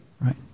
right